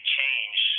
change